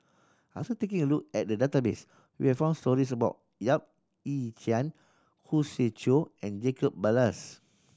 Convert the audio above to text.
after taking a look at the database we are found stories about Yap Ee Chian Khoo Swee Chiow and Jacob Ballas